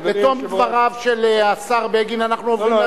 בתום דבריו של השר בגין אנחנו עוברים להצבעה.